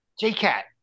J-Cat